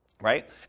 Right